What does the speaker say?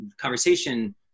conversation